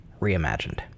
reimagined